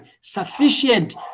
sufficient